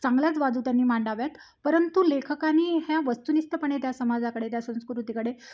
चांगल्याच बाजू त्यांनी मांडाव्यात परंतु लेखकाने ह्या वस्तुनिष्ठपणे त्या समाजाकडे त्या संस्कृतीकडे